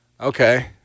Okay